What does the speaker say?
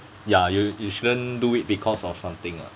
ya you you shouldn't do it because of something lah